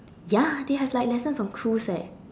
ya they have like lessons on cruise eh